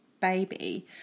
baby